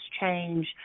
change